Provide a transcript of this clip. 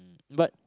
but